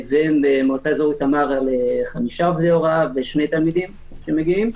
ובמועצה אזורית תמר חמישה עובדי הוראה ושני תלמידים שמגיעים.